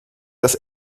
das